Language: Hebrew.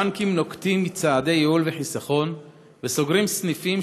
הבנקים נוקטים צעדי ייעול וחיסכון וסוגרים סניפים,